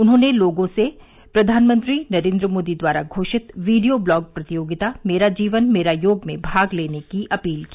उन्होंने लोगों से प्रधानमंत्री नरेन्द्र मोदी द्वारा घोषित वीडियो ब्लॉग प्रतियोगिता मेरा जीवन मेरा योग में भाग लेने की अपील की